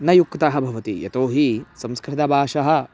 न युक्तः भवति यतो हि संस्कृतभाषा